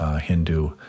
Hindu